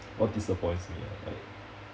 what disappoints me ah like